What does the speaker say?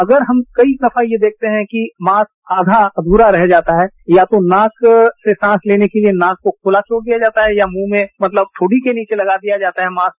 अगर हम कई दफा ये देखते है कि मास्क आधा अधूरा रह जाता है या तो मास्क से सांस लेने के लिए नाक को खुला छोड़ दिया जाता है या मुंह में मतलब ठोडी के नीचे लगा दिया जाता है मास्क